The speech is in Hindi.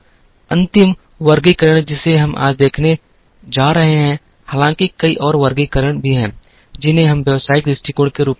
अंतिम वर्गीकरण जिसे हम आज देखने जा रहे हैं हालांकि कई और वर्गीकरण भी हैं जिन्हें हम व्यावसायिक दृष्टिकोण के रूप में कहते हैं